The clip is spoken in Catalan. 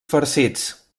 farcits